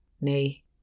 nay